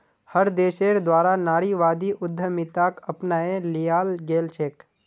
हर देशेर द्वारा नारीवादी उद्यमिताक अपनाए लियाल गेलछेक